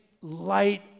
light